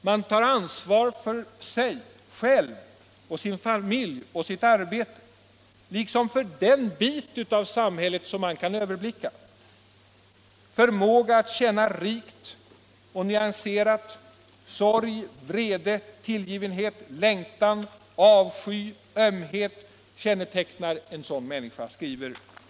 Man tar ansvar för sig själv och sin familj och sitt arbete, liksom också för den bit av samhället som man överblickar. Förmåga att känna rikt och nyanserat, sorg, vrede, tillgivenhet, längtan, avsky, ömhet, kännetecknar en jagstark människa.